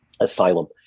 asylum